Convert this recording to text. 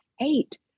eight